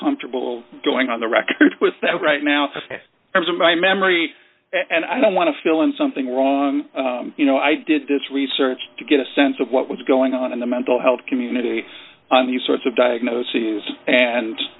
comfortable going on the record with that right now by memory and i don't want to fill in something wrong you know i did this research to get a sense of what was going on in the mental health community on these sorts of diagnoses